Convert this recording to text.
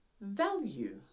value